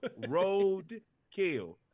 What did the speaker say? roadkill